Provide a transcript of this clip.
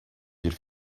bir